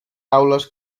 aules